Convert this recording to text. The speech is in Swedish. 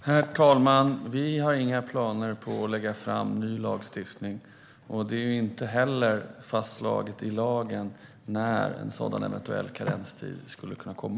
Herr talman! Vi har inga planer på att lägga fram förslag om ny lagstiftning. Det är inte heller fastslaget i lagen när en sådan eventuell karenstid skulle kunna komma.